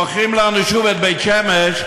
מוכרים לנו שוב את בית שמש,